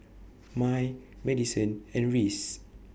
Mai Madison and Reece